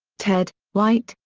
ted, white,